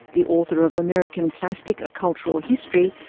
the author of american plastic a cultural history,